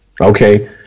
Okay